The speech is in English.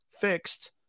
fixed